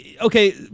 okay